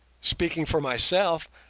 speaking for myself,